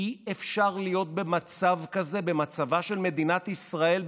אי-אפשר להיות במצב כזה במצבה של מדינת ישראל,